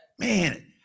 Man